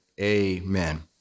Amen